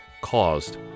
caused